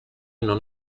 non